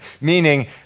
Meaning